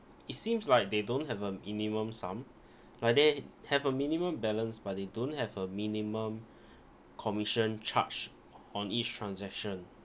it seems like they don't have a minimum sum but they have a minimum balance but they don't have a minimum commission charge on each transaction